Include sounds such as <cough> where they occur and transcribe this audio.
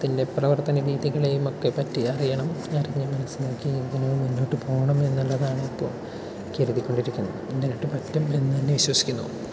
അതിൻ്റെ പ്രവർത്തന രീതികളേയും ഒക്കെപ്പറ്റി അറിയണം അറിഞ്ഞ് മനസ്സിലാക്കി എങ്ങനെ മുന്നോട്ട് പോകണം എന്നുള്ളതാണ് ഇപ്പോൾ കരുതി കൊണ്ടിരിക്കുന്നത് <unintelligible> എന്ന് തന്നെ വിശ്വസിക്കുന്നു